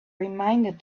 reminded